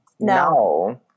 No